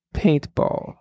paintball